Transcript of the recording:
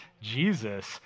Jesus